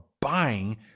buying